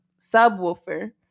Subwoofer